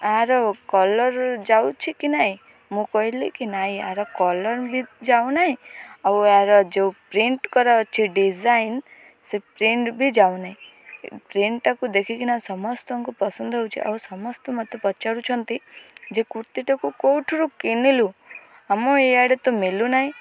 ଆର colour ଯାଉଛି କି ନାହିଁ ମୁଁ କହିଲି କି ନାହିଁ ଆର କଲର୍ ବି ଯାଉନାହିଁ ଆଉ ଏହାର ଯେଉଁ ପ୍ରିଣ୍ଟ କର ଅଛି ଡିଜାଇନ୍ ସେ ପ୍ରିଣ୍ଟ ବି ଯାଉ ନାହିଁ ପ୍ରିଣ୍ଟଟାକୁ ଦେଖିକିନା ସମସ୍ତଙ୍କୁ ପସନ୍ଦ ହେଉଛି ଆଉ ସମସ୍ତେ ମୋତେ ପଚାରୁଛନ୍ତି ଯେ କୁର୍ତ୍ତୀଟାକୁ କେଉଁଠାରୁ କିଣିଲୁ ଆମ ଏଇଆଡ଼େ ତ ମିଳୁନାହିଁ